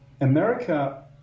America